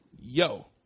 Yo